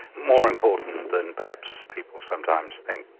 more important than perhaps people sometimes think.